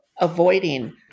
avoiding